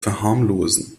verharmlosen